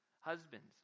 husbands